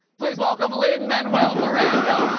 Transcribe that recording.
please welcome, lin-manuel miranda.